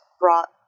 brought